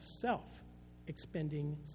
self-expending